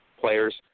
players